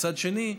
מצד שני,